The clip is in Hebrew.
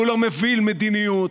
והוא לא מוביל מדיניות,